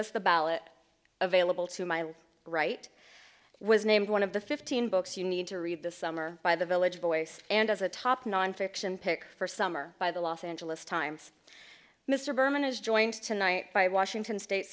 us the ballot available to my right was named one of the fifteen books you need to read this summer by the village voice and as a top nonfiction pick for summer by the los angeles times mr berman is joined tonight by washington state